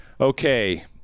Okay